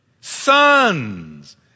Sons